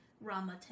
Rama